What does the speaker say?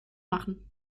machen